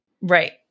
Right